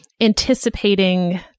anticipating